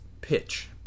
pitch